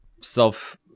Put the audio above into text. self